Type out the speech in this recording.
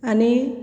आनी